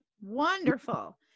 Wonderful